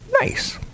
Nice